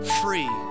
free